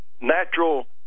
natural